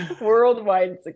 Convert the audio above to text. Worldwide